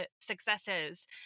successes